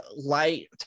light